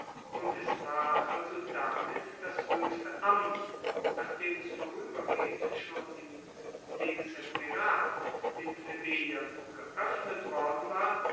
und es ward also damit das hoechste amt nachdem es voruebergehend schon im dezemvirat den plebejern geoeffnet worden war